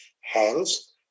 hands